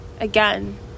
again